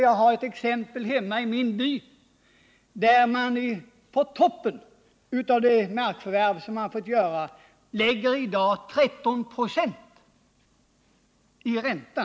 Jag har ett exempel hemma i min by, där en jordbrukare på toppen av kostnaderna för det markförvärv han har fått göra i dag lägger 13 96 i ränta.